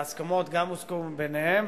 ההסכמות גם הושגו ביניהם,